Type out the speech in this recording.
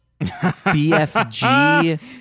BFG